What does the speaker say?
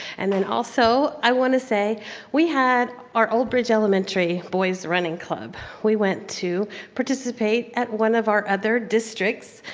and then also i want to say we had our old bridge elementary boys running club. we went to participate at one of our other districts,